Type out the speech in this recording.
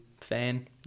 fan